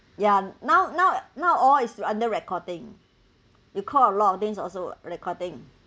ya now now now all is under recording you call a lot of things also recording